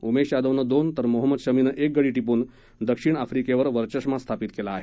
उमेश यादवनं दोन तर मोहम्मद शमीनं एक गडी टिपून दक्षिण आफ्रिकेवर वरचष्मा स्थापित केला आहे